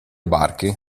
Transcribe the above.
barche